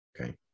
Okay